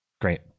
Great